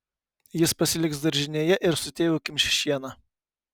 jis pasiliks daržinėje ir su tėvu kimš šieną